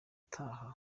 utaha